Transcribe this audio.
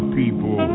people